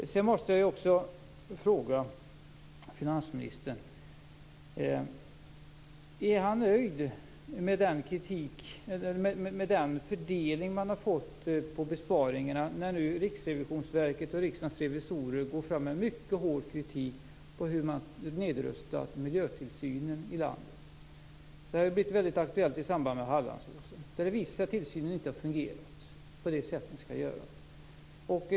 Sedan måste jag också fråga finansministern om han är nöjd med fördelningen av besparingarna när nu Riksrevisionsverket och Riksdagens revisorer går fram med mycket hård kritik om hur man nedrustat miljötillsynen i landet. Det har blivit mycket aktuellt i samband med Hallandsåsen, där tillsynen förvisso inte har fungerat på det sätt den skall göra.